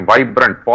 Vibrant